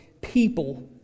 people